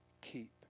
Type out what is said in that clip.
keep